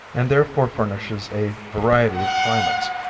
and therefore furnishes a variety of climates.